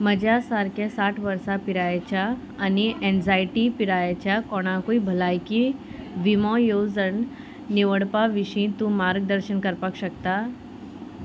म्हज्या सारक्या साठ वर्सां पिरायेच्या आनी एन्झायटी पिरायेच्या कोणाकूय भलायकी विमो येवजण निवडपा विशीं तूं मार्गदर्शन करपाक शकता